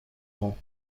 grand